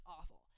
awful